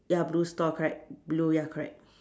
ya blue stall correct blue ya correct